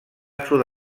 sud